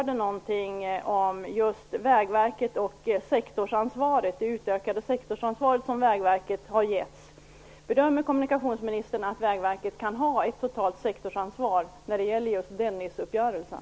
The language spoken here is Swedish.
Den gällde Vägverket och det utökade sektorsansvar som Vägverket har givits. Bedömer kommunikationsministern att Vägverket kan ha ett totalt sektorsansvar när det gäller just Dennisuppgörelsen?